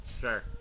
Sure